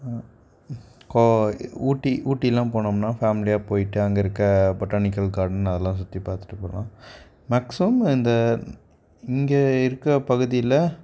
கோ ஊட்டி ஊட்டிலாம் போனோம்னால் ஃபேமிலியாக போயிட்டு அங்கே இருக்கற பொட்டானிக்கல் கார்டன் அதெல்லாம் சுற்றிப் பார்த்துட்டு போகலாம் மேக்ஸிமம் இந்த இங்கே இருக்கற பகுதியில்